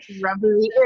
Rubbery